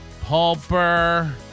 Pulper